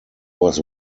was